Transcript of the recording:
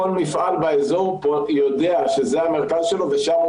פ באזור יודע שזה המרכז שלו ושם הוא